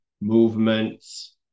movements